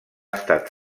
estat